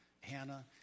Hannah